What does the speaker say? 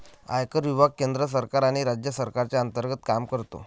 आयकर विभाग केंद्र सरकार आणि राज्य सरकारच्या अंतर्गत काम करतो